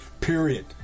Period